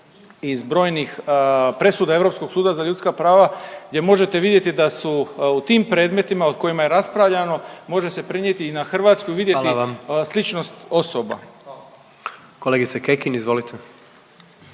iz brojnih presuda Europskog suda za ljudska prava gdje možete vidjeti da su u tim predmetima u kojima je raspravljano, može se prenijeti i na Hrvatsku i vidjeti … .../Upadica: Hvala